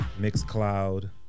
Mixcloud